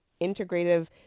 integrative